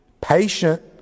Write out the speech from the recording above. patient